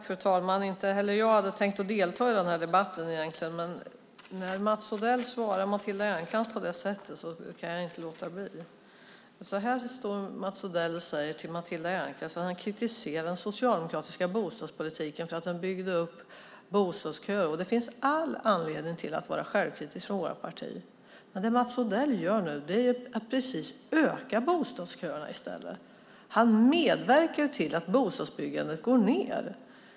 Fru talman! Inte heller jag hade egentligen tänkt delta i den här debatten, men när Mats Odell svarar Matilda Ernkrans på det här sättet kan jag inte låta bli. Här står Mats Odell och säger till Matilda Ernkrans att han kritiserar den socialdemokratiska bostadspolitiken för att den byggde upp bostadsköer. Det finns all anledning att vara självkritisk från vårt parti. Men det Mats Odell nu gör är ju att öka bostadsköerna i stället. Han medverkar till att bostadsbyggandet går ned.